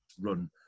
run